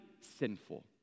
sinful